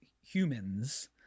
humans